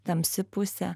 tamsi pusė